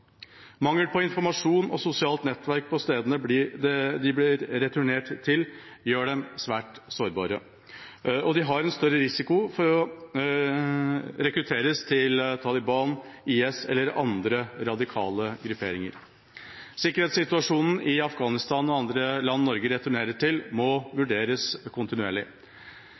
Mangel på informasjon og på sosialt nettverk på stedene de blir returnert til, gjør dem svært sårbare, og de har en større risiko for å rekrutteres til Taliban, IS eller andre radikale grupperinger. Sikkerhetssituasjonen i Afghanistan og andre land Norge returnerer til, må vurderes kontinuerlig.